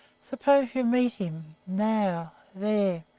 suppose you meet him now there!